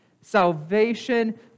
Salvation